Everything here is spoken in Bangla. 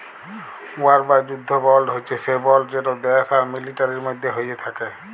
ওয়ার বা যুদ্ধ বল্ড হছে সে বল্ড যেট দ্যাশ আর মিলিটারির মধ্যে হ্যয়ে থ্যাকে